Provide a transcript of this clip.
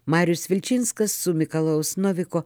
marius vilčinskas su mikalojaus noviko